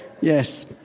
Yes